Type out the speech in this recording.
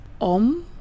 Om